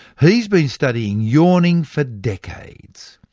he's been studying yawning for decades.